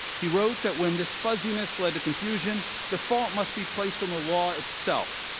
he wrote that when this fuzziness led to confusion, the fault must be placed on the law itself,